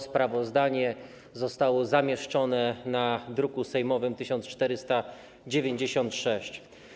Sprawozdanie zostało zamieszczone w druku sejmowym nr 1496.